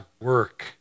work